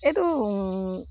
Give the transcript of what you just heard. এইটো